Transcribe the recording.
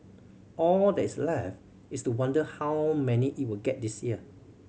all that's left is to wonder how many it will get this year